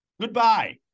Goodbye